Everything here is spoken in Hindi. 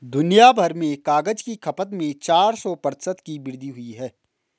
दुनियाभर में कागज की खपत में चार सौ प्रतिशत की वृद्धि हुई है